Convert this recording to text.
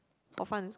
hor fun